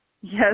Yes